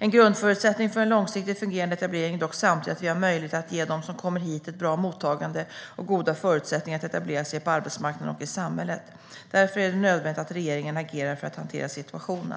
En grundförutsättning för en långsiktigt fungerande etablering är dock samtidigt att vi har möjlighet att ge dem som kommer hit ett bra mottagande och goda förutsättningar att etablera sig på arbetsmarknaden och i samhället. Därför är det nödvändigt att regeringen agerar för att hantera situationen.